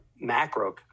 macro